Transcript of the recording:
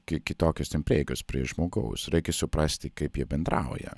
ki kitokios prieigos prie žmogaus reikia suprasti kaip jie bendrauja